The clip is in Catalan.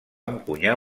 encunyar